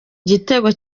igitego